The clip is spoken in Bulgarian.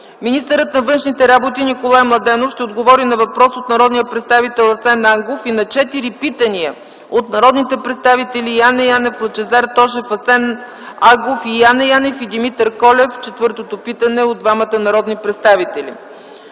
Министърът на външните работи Николай Младенов ще отговори на въпрос от народния представител Асен Агов и на четири питания от народните представители Яне Янев, Лъчезар Тошев, Асен Агов и Яне Янев и Димитър Колев. Четвъртото питане е от двамата народни представители.